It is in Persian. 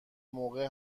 موقع